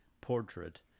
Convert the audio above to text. portrait